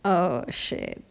oh shit